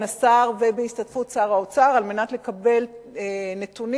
השר ובהשתתפות שר האוצר על מנת לקבל נתונים,